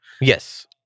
Yes